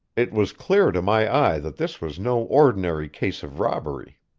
it was clear to my eye that this was no ordinary case of robbery.